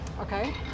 okay